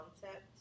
concept